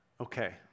Okay